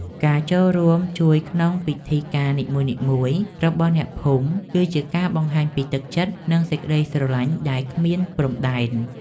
ការចូលរួមជួយក្នុងពិធីការនីមួយៗរបស់អ្នកភូមិ គឺជាការបង្ហាញពីទឹកចិត្តនិងសេចក្ដីស្រឡាញ់ដែលគ្មានព្រំដែន។